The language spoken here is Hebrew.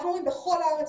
אנחנו רואים בכל הארץ,